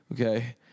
okay